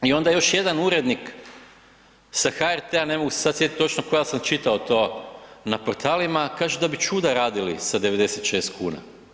I onda još jedan urednik sa HRT-a ne mogu se sada sjetit točno kao da sam to čitao na portalima, kaže da bi čuda radili sa 96 kuna.